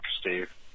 Steve